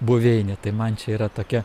buveinė tai man čia yra tokia